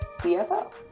CFO